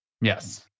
Yes